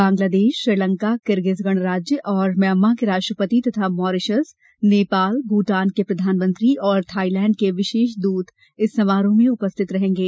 Bangladesh Sri Lanka Kyrgyz गणराज्य और Myanmar के राष्ट्रपति तथा मॉरिशस नेपाल भूटान के प्रधानमंत्री और थाइलैंड के विशेष दूत इस समारोह में उपस्थित रहेंगे